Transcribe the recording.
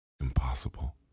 impossible